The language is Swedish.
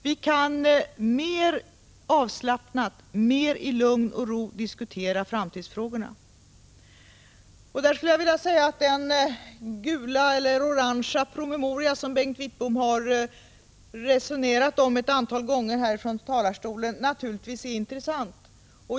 Vi kan mer avslappnat och i lugn och ro diskutera framtidsfrågorna. Den orangegula promemoria som Bengt Wittbom ett antal gånger resonerat omkring från denna talarstol är naturligtvis intressant.